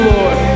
Lord